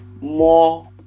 more